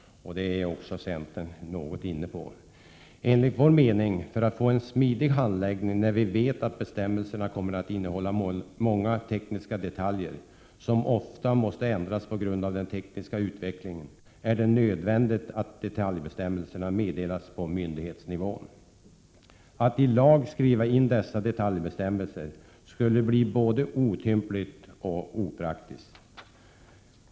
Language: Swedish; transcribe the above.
Även centern har invändningar mot detta. Enligt vår mening är det nödvändigt att detaljbestämmelserna meddelas på myndighetsnivå för att handläggningen skall bli smidig. Vi vet att bestämmelserna kommer att innehålla många tekniska detaljer, som ofta måste ändras på grund av den tekniska utvecklingen. Att i lag skriva in dessa detaljbestämmelser skulle bli både otympligt och opraktiskt.